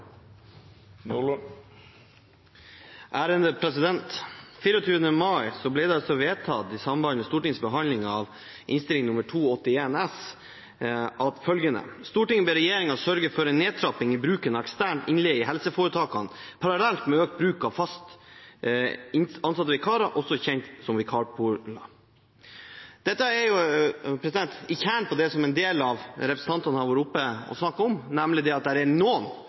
ble det i samband med Stortingets behandling av Innst. 281 S vedtatt følgende: «Stortinget ber regjeringen sørge for nedtrapping i bruken av ekstern innleie i helseforetakene parallelt med økt bruk av fast ansatte vikarer, også kjent som vikarpooler.» Dette er i kjernen av det som en del av representantene har snakket om, nemlig at det er noen